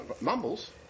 mumbles